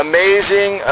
Amazing